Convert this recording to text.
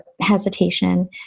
hesitation